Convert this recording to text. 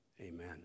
amen